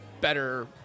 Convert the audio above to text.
better